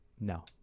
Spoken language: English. No